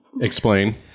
Explain